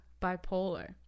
bipolar